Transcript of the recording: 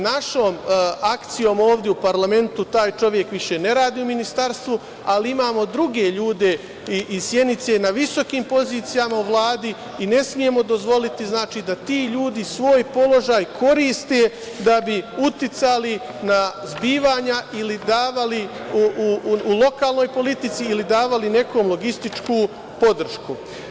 Našom akcijom ovde u parlamentu taj čovek više ne radi u ministarstvu, ali imamo druge ljude iz Sjenice na visokim pozicijama u Vladi i ne smemo dozvoliti da ti ljudi svoj položaj koriste da bi uticali na zbivanja ili davali u lokalnoj politici ili davali nekom logističku podršku.